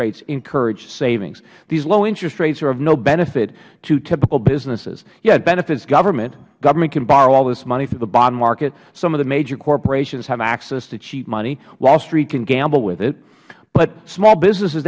rates encourage savings these low interest rates are of no benefit to typical businesses yes it benefits government government can borrow all this money from the bond market some of the major corporations have access to cheap money wall street can gamble with it but small